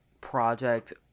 project